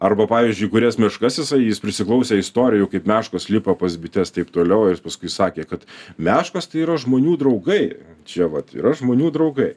arba pavyzdžiui kurias meškas jisai jis prisiklausė istorijų kaip meškos lipa pas bites taip toliau ir jis paskui sakė kad meškos tai yra žmonių draugai čia vat yra žmonių draugai